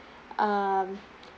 um